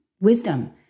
wisdom